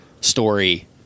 story